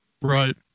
Right